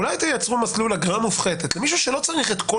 אולי תייצרו מסלול אגרה מופחתת למישהו שלא צריך את כל